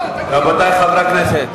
רבותי חברי הכנסת,